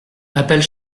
appelle